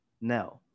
no